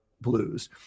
blues